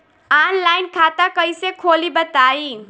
Online खाता कइसे खोली बताई?